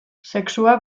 sexua